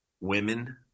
women